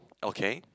okay